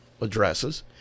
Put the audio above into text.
addresses